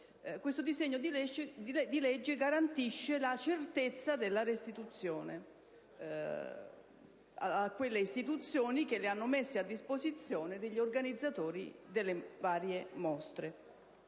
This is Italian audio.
Questo disegno di legge garantisce la certezza della restituzione a quelle istituzioni che le hanno messe a disposizione degli organizzatori delle varie mostre.